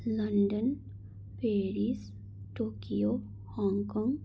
London Paris Tokyo Hong Kong